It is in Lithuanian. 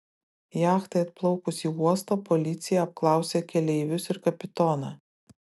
jachtai atplaukus į uostą policija apklausė keleivius ir kapitoną